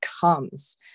comes